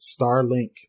Starlink